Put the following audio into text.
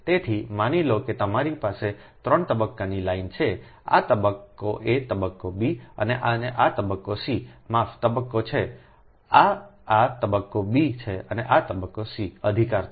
તેથી માની લો કે તમારી પાસે 3 તબક્કાની લાઇન છે આ તબક્કો a તબક્કો b છે અને આ તબક્કો c માફ તબક્કો છે આ આ તબક્કો b છે આ તબક્કો c અધિકાર છે